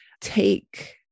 take